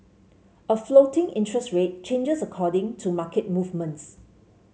a floating interest rate changes according to market movements